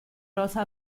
rosa